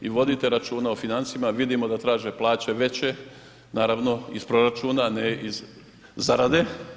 I vodite računa o financijama, vidimo da traže plaće veće naravno iz proračuna ne iz zarade.